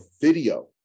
video